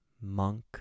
monk